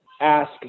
ask